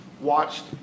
watched